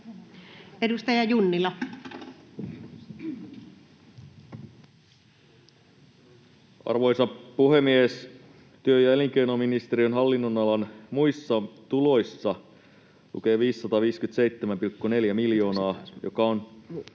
Edustaja Junnila. Arvoisa puhemies! Työ- ja elinkeino-ministeriön hallinnonalan muissa tuloissa lukee 557,4 miljoonaa, joka on